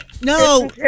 No